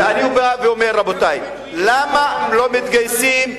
ואני אומר: למה לא מתגייסים?